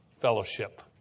fellowship